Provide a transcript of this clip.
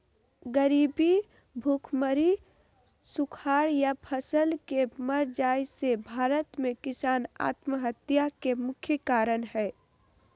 गरीबी, भुखमरी, सुखाड़ या फसल के मर जाय से भारत में किसान आत्महत्या के मुख्य कारण हय